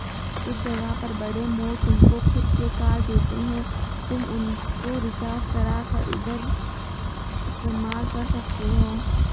कुछ जगह पर बड़े मॉल तुमको खुद के कार्ड देते हैं तुम उनको रिचार्ज करा कर उधर इस्तेमाल कर सकते हो